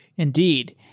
indeed.